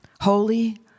Holy